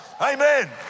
amen